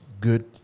good